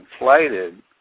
inflated